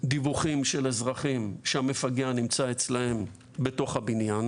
דיווחים של אזרחים שהמפגע נמצא אצלם בתוך הבניין.